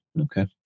Okay